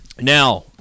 Now